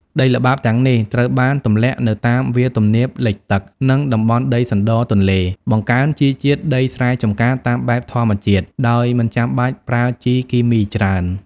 ដីល្បាប់ទាំងនេះត្រូវបានទម្លាក់នៅតាមវាលទំនាបលិចទឹក និងតំបន់ដីសណ្ដរទន្លេ បង្កើនជីជាតិដីស្រែចម្ការតាមបែបធម្មជាតិ ដោយមិនចាំបាច់ប្រើជីគីមីច្រើន។